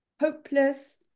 hopeless